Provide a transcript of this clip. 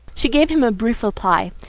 she gave him a brief reply.